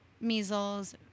measles